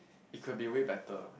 it could be way better